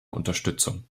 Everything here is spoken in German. unterstützung